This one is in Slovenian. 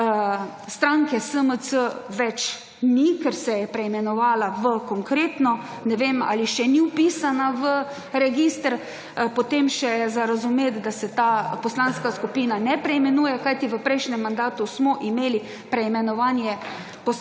Stranke SMC več ni, ker se je preimenovala v Konkretno. Ne vem ali še ni vpisana v register, potem še je za razumeti, da se ta poslanska skupina ne preimenuje. Kajti v prejšnjem mandatu smo imeli preimenovanje